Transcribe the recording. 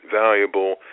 valuable